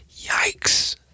Yikes